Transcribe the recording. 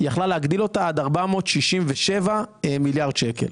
יכולה להגדיל אותה עד 467 מיליארד שקל.